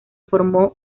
formó